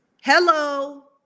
Hello